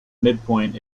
midpoint